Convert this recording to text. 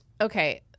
Okay